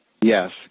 yes